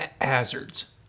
hazards